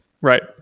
Right